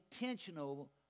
intentional